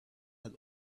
had